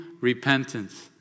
repentance